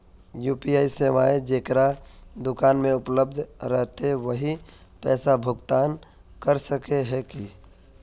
UPI सेवाएं जेकरा दुकान में उपलब्ध रहते वही पैसा भुगतान कर सके है की?